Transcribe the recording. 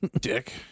Dick